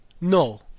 No